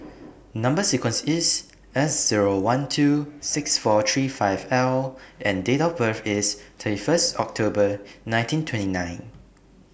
Number sequence IS S Zero one two six four three five L and Date of birth IS thirty First October nineteen twenty nine